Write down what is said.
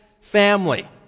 family